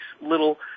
little